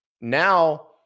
now